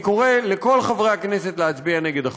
אני קורא לכל חברי הכנסת להצביע נגד החוק.